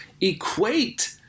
equate